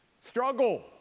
struggle